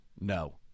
No